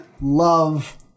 love